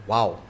Wow